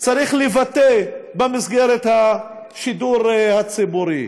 צריך לבטא במסגרת השידור הציבורי.